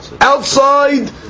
outside